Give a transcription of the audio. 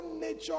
nature